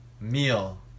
meal